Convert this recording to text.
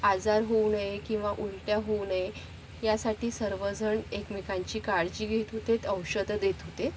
आजार होऊ नये किंवा उलट्या होऊ नये यासाठी सर्वजण एकमेकांची काळजी घेत होते औषधं देत होते